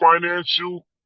financial